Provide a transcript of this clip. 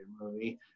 movie